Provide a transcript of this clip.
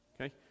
Okay